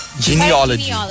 genealogy